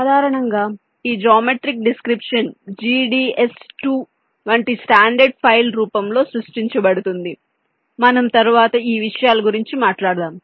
సాధారణంగా ఈ geometric description GDS2 వంటి స్టాండర్డ్ ఫైల్ రూపంలో సృష్టించబడుతుంది మనము తరువాత ఈ విషయాల గురించి మాట్లాడుతాము